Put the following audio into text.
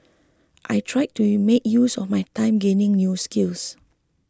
I tried to you make use of my time gaining new skills